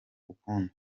ukundi